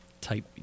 type